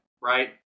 right